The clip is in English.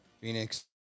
Phoenix